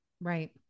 right